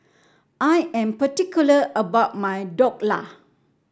I am particular about my Dhokla